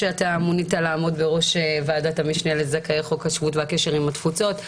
שמונית לעמוד בראש ועדת המשנה לזכאי חוק השבות והקשר עם התפוצות.